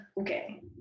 Okay